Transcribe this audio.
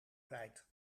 kwijt